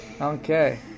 Okay